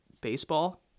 baseball